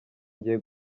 ngiye